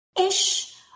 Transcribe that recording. Ish